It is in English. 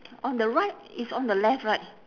on the right it's on the left right